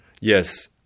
Yes